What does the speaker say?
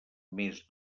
més